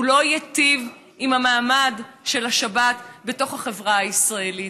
הוא לא ייטיב את המעמד של השבת בתוך החברה הישראלית.